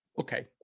Okay